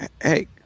Hey